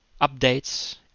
updates